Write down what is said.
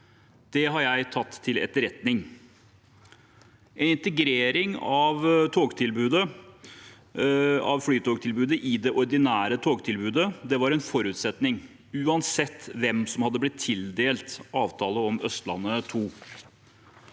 Det har jeg tatt til etterretning. Integrering av flytogtilbudet i det ordinære togtilbudet var en forutsetning, uansett hvem som hadde blitt tildelt avtale om Østlandet 2.